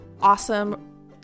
awesome